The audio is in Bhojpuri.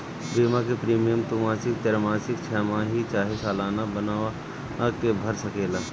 बीमा के प्रीमियम तू मासिक, त्रैमासिक, छमाही चाहे सलाना बनवा के भर सकेला